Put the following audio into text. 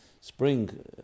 spring